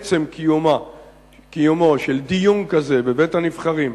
עצם קיומו של דיון כזה בבית-הנבחרים